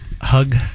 hug